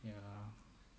ya